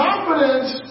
Confidence